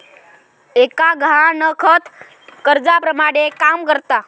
एक गहाणखत कर्जाप्रमाणे काम करता